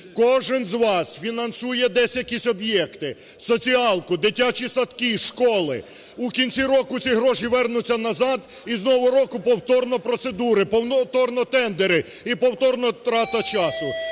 Кожен з вас фінансує десь якісь об'єкти: соціалку, дитячі садки, школи. У кінці року ці гроші вернуться назад і з нового року повторно процедури, повторно тендери і повторно трата часу.